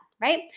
right